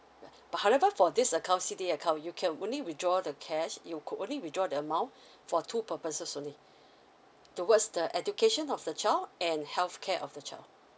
yeah but however for this account C_D_A account you can only withdraw the cash you could only withdraw the amount for two purposes only towards the education of the child and healthcare of the child